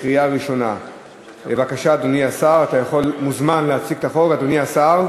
עברה בקריאה ראשונה ותועבר לוועדת החוקה להכנה לקריאה שנייה ושלישית.